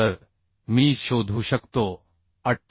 तर मी शोधू शकतो 58